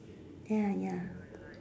ya ya